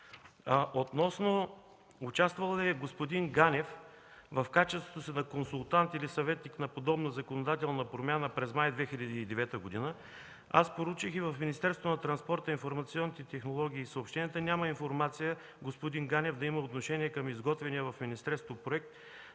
Относно това участвал ли господин Ганев в качеството си на консултант или съветник на подобна законодателна промяна през май 2009 г., проучих и в Министерството на транспорта, информационните технологии и съобщенията няма информация господин Ганев да има отношение към изготвения в министерството проект